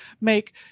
make